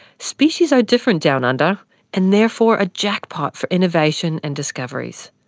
species are different down under and therefore a jackpot for innovation and discoveries.